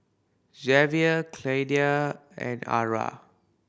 Xavier Claydia and Arah